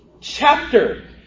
chapter